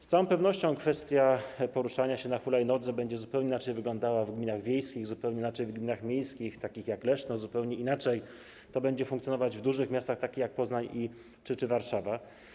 Z całą pewnością kwestia poruszania się na hulajnodze będzie zupełnie inaczej wyglądała w gminach wiejskich, zupełnie inaczej w gminach miejskich, takich jak Leszno, a zupełnie inaczej będzie to funkcjonować w dużych miastach, takich jak Poznań czy Warszawa.